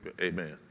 Amen